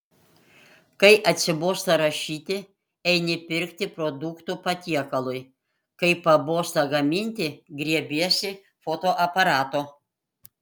kai atsibosta rašyti eini pirkti produktų patiekalui kai pabosta gaminti griebiesi fotoaparato